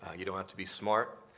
ah you don't have to be smart.